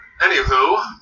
Anywho